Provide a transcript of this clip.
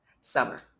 Summer